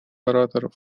ораторов